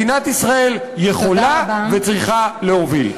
מדינת ישראל יכולה וצריכה להוביל.